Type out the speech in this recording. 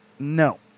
No